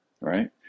right